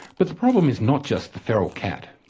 but the problem is not just the feral cat.